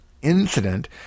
Incident